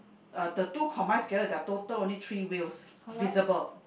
uh the two combined together there are total only three wheels visible